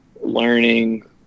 learning